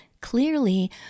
Clearly